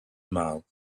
mouth